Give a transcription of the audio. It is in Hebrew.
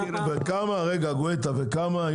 בכמה מוכרים בסופרים